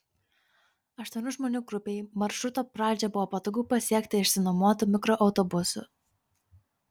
aštuonių žmonių grupei maršruto pradžią buvo patogu pasiekti išsinuomotu mikroautobusu